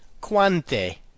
quante